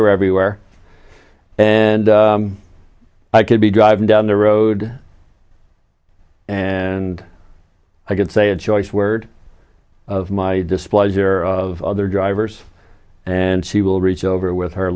her everywhere and i could be driving down the road and i could say a choice word of my displeasure of other drivers and she will reach over with her